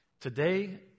Today